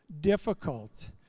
difficult